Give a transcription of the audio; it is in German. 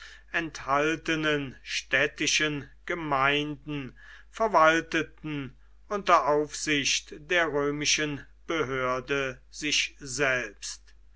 enthaltenen städtischen gemeinden verwalteten unter aufsicht der römischen behörde sich selbst